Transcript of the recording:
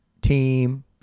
team